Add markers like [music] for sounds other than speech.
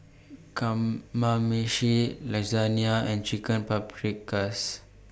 Kamameshi [unintelligible] and Chicken Paprikas [noise]